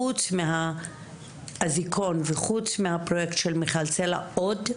חוץ מאזיקון וחוץ מהפרוייקט של מיכל סלה עוד?